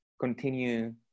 continue